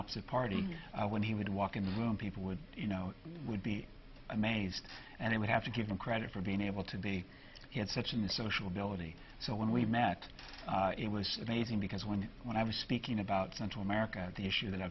opposite party when he would walk in the room people would you know would be amazed and i would have to give him credit for being able to be he had such in the social abilities so when we met it was amazing because when when i was speaking about central america the issue that i